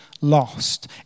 lost